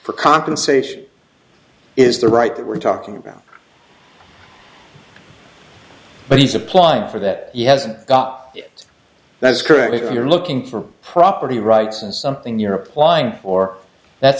for compensation is the right that we're talking about but he's applying for that he hasn't got it that's currently that you're looking for property rights and something you're applying for that